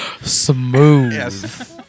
Smooth